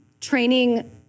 training